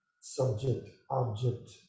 subject-object